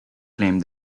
claimed